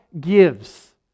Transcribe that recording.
gives